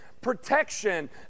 protection